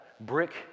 brick